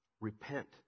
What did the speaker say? Repent